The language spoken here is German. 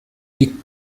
die